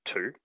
Two